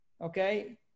okay